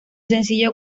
sencillo